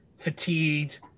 fatigued